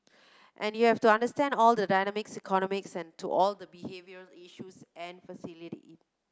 and you have to understand all the dynamics ergonomics and to all the behavioural issues and facilitate it